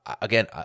again